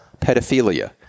pedophilia